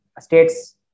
states